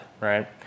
right